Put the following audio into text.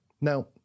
Now